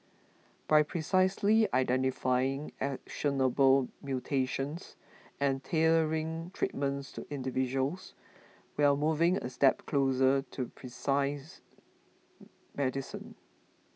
by precisely identifying actionable mutations and tailoring treatments to individuals we are moving a step closer to medicine